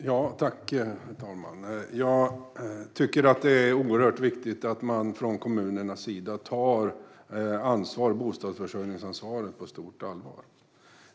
Herr talman! Jag tycker att det är oerhört viktigt att man från kommunernas sida tar bostadsförsörjningsansvaret på stort allvar.